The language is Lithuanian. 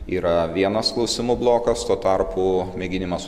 yra vienas klausimų blokas tuo tarpu mėginimas